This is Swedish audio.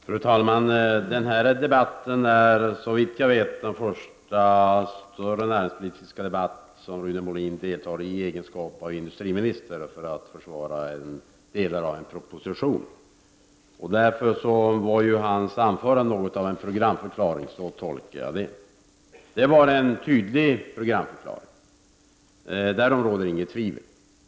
Fru talman! Det här är såvitt jag vet den första näringspolitiska debatt som Rune Molin deltar i, i egenskap av industriminister, för att försvara delar av en proposition. Hans anförande var därför något av en programförklaring. Så tolkar jag det. Det var en tydlig programförklaring, därom råder inget tvivel.